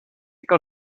cal